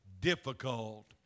difficult